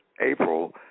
April